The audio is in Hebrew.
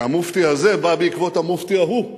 כי המופתי הזה בא בעקבות המופתי ההוא.